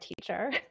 teacher